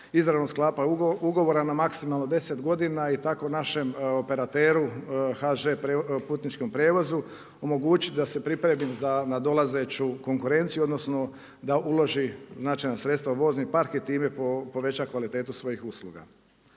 izravno sklapanje ugovora na maksimalno 10 godina i tako našem operateru HŽ putničkom prijevozu omogućiti da se pripremi za nadolazeću konkurenciju, odnosno da uloži značajna sredstva u vozni par i time poveća kvalitetu svojih usluga.